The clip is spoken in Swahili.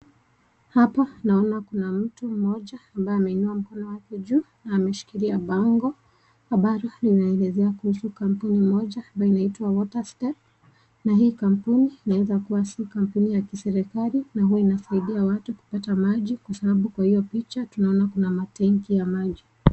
Hapa naona kuna mtu mmoja ambaye ameinua mkono wake juu na ameshikilia bango ambayo inaelezea kuhusu kampuni moja ambayo inaitwa Waterstep, na hii kampuni inaweza kuwa si kampuni ya kiserikali na huwa inasaidia watu kupata maji kwa sababu kwa hiyo picha tunaona kuna matenki ya maji.